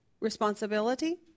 responsibility